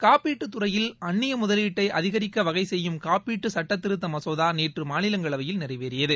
காப்படீடு துறையில் அன்னிய முதலீட்டை அதிகரிக்க வகை செய்யும் காப்பீட்டுச் சட்ட திருத்த மசோதா நேற்று மாநிலங்களவையில் நிறைவேறியது